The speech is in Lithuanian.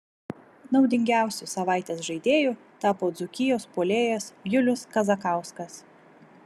naudingiausiu savaitės žaidėju tapo dzūkijos puolėjas julius kazakauskas